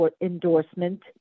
endorsement